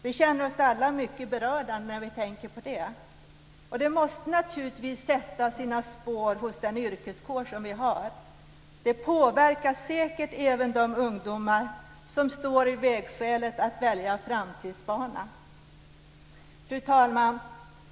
Vi känner oss alla mycket berörda när vi tänker på det. Det måste naturligtvis sätta sina spår hos den yrkeskår som vi har. Det påverkar säkert även de ungdomar som står i vägskälet och ska välja framtidsbana. Fru talman!